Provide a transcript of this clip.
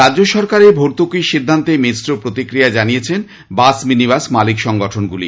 রাজ্য সরকারের ভর্তুকির সিদ্ধান্তে মিশ্র প্রতিক্রিয়া জানিয়েছেন বাস মিনিবাস মালিক সংগঠনগুলি